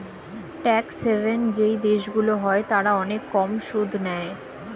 tax haven যেই দেশগুলো হয় তারা অনেক কম সুদ নেয়